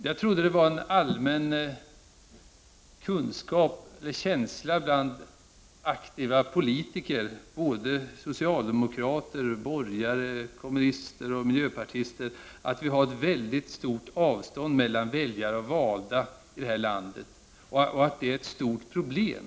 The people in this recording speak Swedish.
Jag trodde att det var en allmän känsla bland aktiva politiker, både socialdemokrater, borgare, kommunister och miljöpartister, att vi har ett väldigt stort avstånd mellan väljare och valda här i landet, och att detta är ett stort problem.